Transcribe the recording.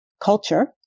culture